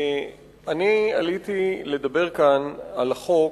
אני עליתי לדבר כאן על החוק